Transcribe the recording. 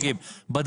גדול.